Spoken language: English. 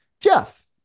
Jeff